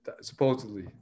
supposedly